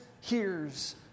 hears